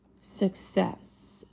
success